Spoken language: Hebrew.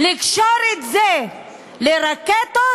לקשור את זה לרקטות?